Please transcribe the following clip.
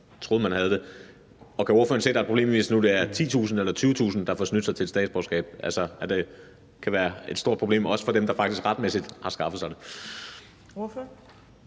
Kan ordføreren se, at der er et problem, hvis nu det er 10.000 eller 20.000, der har fået snydt sig til et statsborgerskab, og at det kan være et stort problem, også for dem, der faktisk retmæssigt har skaffet sig det?